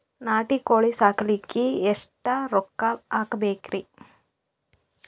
ನಾಟಿ ಕೋಳೀ ಸಾಕಲಿಕ್ಕಿ ಎಷ್ಟ ರೊಕ್ಕ ಹಾಕಬೇಕ್ರಿ?